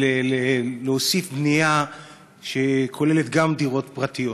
להוסיף בנייה שכוללת גם דירות פרטיות.